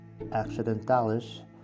accidentalis